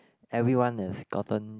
everyone is gotten